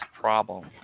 problem